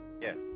Yes